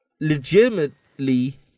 Legitimately